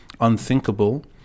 unthinkable